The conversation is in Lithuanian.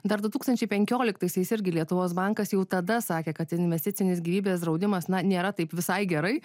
dar du tūkstančiai penkioliktaisiais irgi lietuvos bankas jau tada sakė kad investicinis gyvybės draudimas na nėra taip visai gerai